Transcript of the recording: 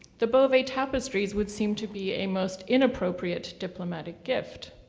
the beauvais tapestries would seem to be a most inappropriate diplomatic gift.